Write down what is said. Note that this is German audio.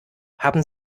haben